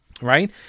right